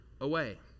away